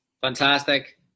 Fantastic